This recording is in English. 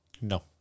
No